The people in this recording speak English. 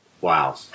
Wow